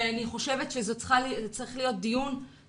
אני חושבת שזה צריך להיות דיון ראשון,